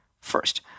first